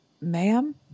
ma'am